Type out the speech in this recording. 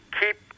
keep